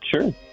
sure